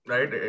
Right